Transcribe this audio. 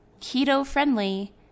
keto-friendly